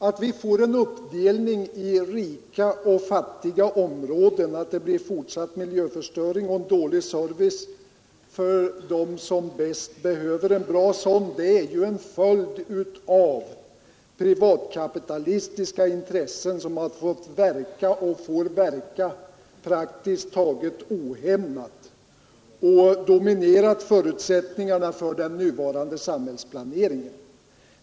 Att vi får en uppdelning i rika och fattiga områden, att det blir en fortsatt miljöförstöring och dålig service för dem som bäst behöver en bra sådan är ju en följd av att privatkapitalistiska intressen fått och får verka praktiskt taget ohämmade och dominera förutsättningarna för den nuvarande samhällsplaneringen.